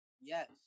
Yes